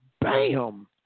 Bam